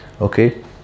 okay